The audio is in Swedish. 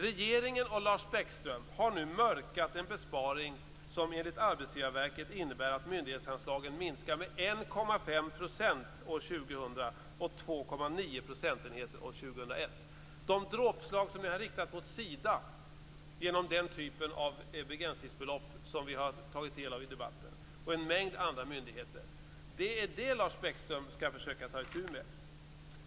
Regeringen och Lars Bäckström har nu mörkat en besparing som enligt Arbetsgivarverket innebär att myndighetsanslagen minskar med 1,5 % år 2000 och 2,9 % år 2001. De dråpslag som ni har riktat mot Sida och en mängd andra myndigheter genom den typ av begränsningsbelopp som vi har tagit del av i debatten - det är det Lars Bäckström skall försöka ta itu med.